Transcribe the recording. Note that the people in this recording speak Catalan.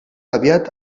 aviat